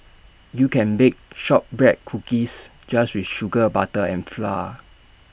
you can bake Shortbread Cookies just with sugar butter and flour